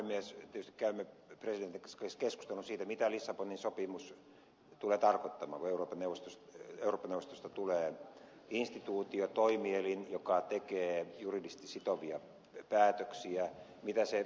tietysti käymme presidentin kanssa keskustelun siitä mitä lissabonin sopimus tulee tarkoittamaan kun euroopan neuvostosta tulee instituutio toimielin joka tekee juridisesti sitovia päätöksiä mitä se merkitsee